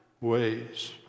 ways